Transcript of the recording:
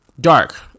Dark